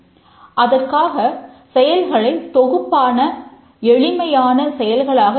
அதற்காக செயல்களை தொகுப்பான எளிமையான செயல்களாகப் பிரிக்க வேண்டும்